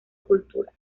cultura